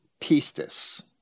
Pistis